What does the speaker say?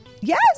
Yes